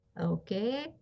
Okay